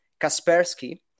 Kaspersky